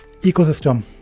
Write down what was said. ecosystem